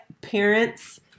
parents